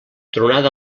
tronada